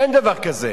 אין דבר כזה.